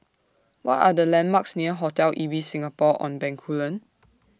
What Are The landmarks near Hotel Ibis Singapore on Bencoolen